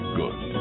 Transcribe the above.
good